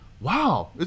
wow